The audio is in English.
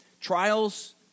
Trials